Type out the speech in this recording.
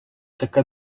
така